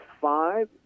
five